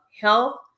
health